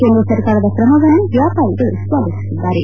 ಕೇಂದ್ರ ಸರ್ಕಾರದ ಕ್ರಮವನ್ನು ವ್ವಾಪಾರಿಗಳು ಸ್ವಾಗತಿಸಿದ್ದಾರೆ